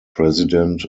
president